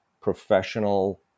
professional